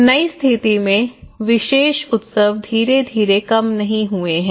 नई स्थिति में विशेष उत्सव धीरे धीरे कम नहीं हुए हैं